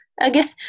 Again